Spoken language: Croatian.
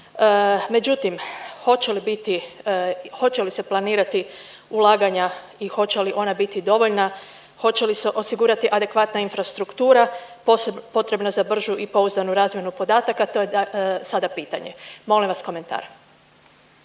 biti, hoće li se planirati ulaganja i hoće li ona biti dovoljna, hoće li se osigurati adekvatna infrastruktura potrebna za bržu i pouzdanu razmjenu podataka, to je sada pitanje. Molim vas komentar.